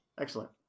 Excellent